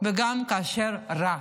וגם כאשר רע.